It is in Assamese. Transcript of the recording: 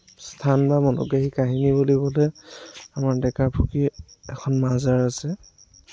স্থান বা মনোগ্ৰাহী কাহিনী বুলিবলৈ আমাৰ ডেকা আছে